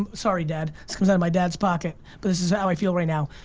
sorry dad, this comes out of my dad's pocket, but this is how i feel right now.